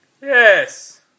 Yes